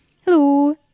Hello